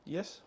Yes